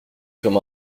comme